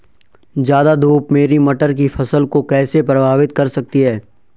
ज़्यादा धूप मेरी मटर की फसल को कैसे प्रभावित कर सकती है?